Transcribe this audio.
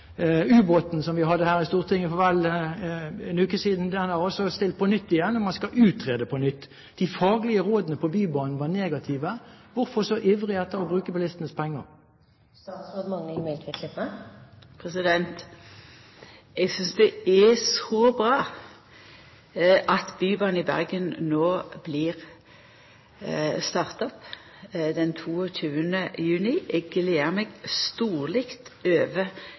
Ubåten vi debatterte her i Stortinget for vel en uke siden, skal også opp på nytt igjen, og man skal utrede på nytt. De faglige rådene når det gjelder Bybanen, var negative. Hvorfor være så ivrig etter å bruke bilistenes penger? Eg synest det er så bra at Bybanen i Bergen blir starta opp den 22. juni. Eg gler meg storleg over